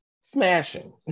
smashing